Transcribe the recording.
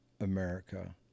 America